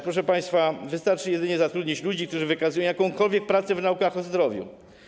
Proszę państwa, wystarczy jedynie zatrudnić ludzi, którzy wykazują jakąkolwiek pracę w naukach o zdrowiu.